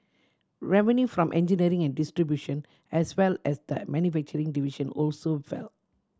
revenue from engineering and distribution as well as the manufacturing division also fell